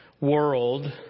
world